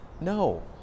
No